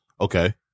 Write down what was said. Okay